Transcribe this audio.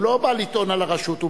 הוא לא בא לטעון על הרשות,